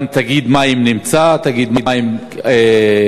גם תאגיד מים נמצא: תאגיד מים מוצקין